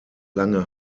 lange